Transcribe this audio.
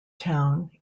town